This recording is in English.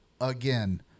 again